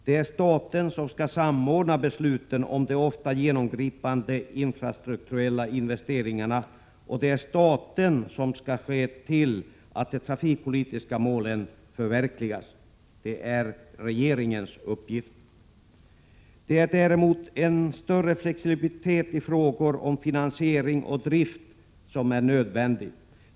Det är staten som skall samordna besluten om de ofta genomgripande infrastrukturella investeringarna, och det är staten som skall se till att de trafikpolitiska målen förverkligas. Det är regeringens uppgift. Däremot är en större flexibilitet i frågor om finansiering och drift nödvändig.